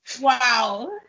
Wow